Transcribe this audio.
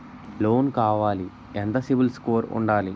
Loan కావాలి ఎంత CIBIL score ఉండాలి?